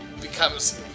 becomes